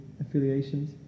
affiliations